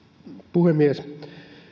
puhemies